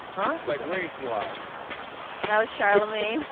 huh? like race wise oh, charlamagne